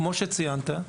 כמו שציינת,